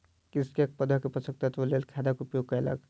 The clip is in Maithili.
कृषक पौधा के पोषक तत्वक लेल खादक उपयोग कयलक